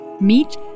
Meet